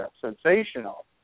sensational